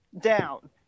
down